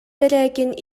бэрээкин